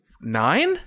Nine